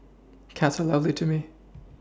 cats are lovely to me